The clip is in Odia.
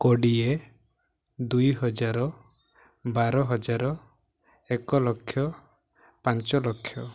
କୋଡ଼ିଏ ଦୁଇହଜାର ବାର ହଜାର ଏକ ଲକ୍ଷ ପାଞ୍ଚ ଲକ୍ଷ